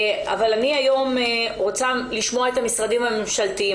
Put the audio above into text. אבל אני היום רוצה לשמוע את המשרדים הממשלתיים,